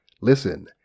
Listen